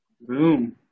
Boom